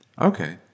Okay